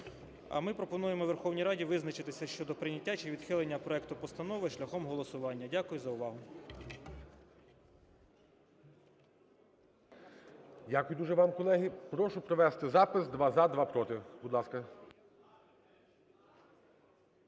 а ми пропонуємо Верховній Раді визначитися щодо прийняття чи відхилення проекту постанови шляхом голосування. Дякую за увагу. ГОЛОВУЮЧИЙ. Дякую дуже вам, колеги. Прошу провести запис: два - за, два - проти. Будь ласка.